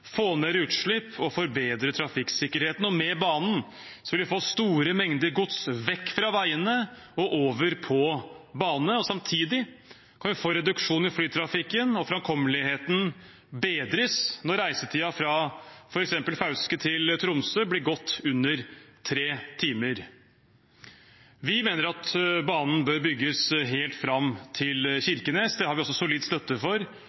få ned utslipp og forbedre trafikksikkerheten. Med banen vil vi få store mengder gods vekk fra veiene og over på bane. Samtidig kan vi få reduksjon i flytrafikken, og framkommeligheten bedres når reisetiden fra f.eks. Fauske til Tromsø blir godt under tre timer. Vi mener at banen bør bygges helt fram til Kirkenes. Det har vi også solid støtte for